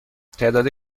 تعداد